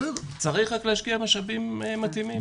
צריך רק להשקיע משאבים מתאימים.